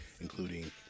Including